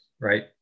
right